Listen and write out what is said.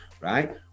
right